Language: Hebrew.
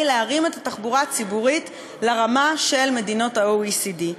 להרים את התחבורה הציבורית לרמה של מדינות ה-OECD?